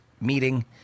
meeting